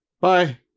Bye